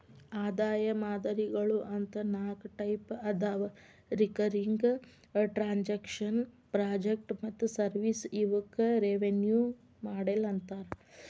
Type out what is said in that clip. ಆದಾಯ ಮಾದರಿಗಳು ಅಂತ ನಾಕ್ ಟೈಪ್ ಅದಾವ ರಿಕರಿಂಗ್ ಟ್ರಾಂಜೆಕ್ಷನ್ ಪ್ರಾಜೆಕ್ಟ್ ಮತ್ತ ಸರ್ವಿಸ್ ಇವಕ್ಕ ರೆವೆನ್ಯೂ ಮಾಡೆಲ್ ಅಂತಾರ